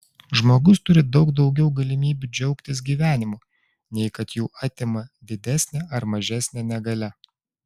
žmogus turi daug daugiau galimybių džiaugtis gyvenimu nei kad jų atima didesnė ar mažesnė negalia